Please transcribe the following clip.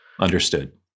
Understood